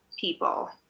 people